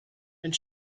and